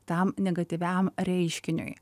tam negatyviam reiškiniui